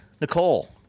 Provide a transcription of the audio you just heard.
Nicole